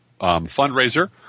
fundraiser